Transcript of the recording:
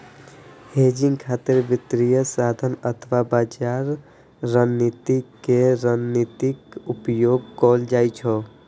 hedging खातिर वित्तीय साधन अथवा बाजार रणनीति के रणनीतिक उपयोग कैल जाइ छै